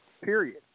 period